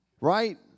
right